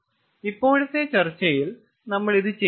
ഇപ്പോഴത്തെ ചർച്ചയിൽ നമ്മൾ ഇത് ചെയ്യുന്നില്ല